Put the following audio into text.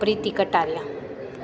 Preeti Kataria